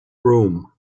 room